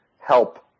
help